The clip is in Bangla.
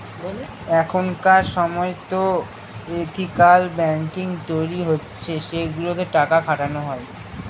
এখনকার সময়তো এথিকাল ব্যাঙ্কিং তৈরী হচ্ছে সেগুলোতে টাকা খাটানো হয়